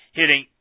hitting